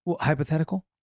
Hypothetical